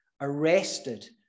arrested